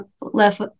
left